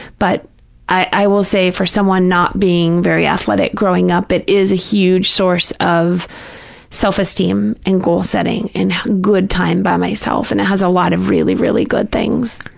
but i will say, for someone not being very athletic growing up, it is a huge source of self-esteem and goal-setting and good time by myself, and it has a lot of really, really good things.